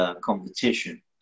competition